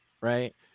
right